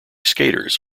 skaters